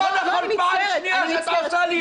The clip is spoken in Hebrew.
לא, לא נכון, פעם שנייה שאת עושה לי את זה.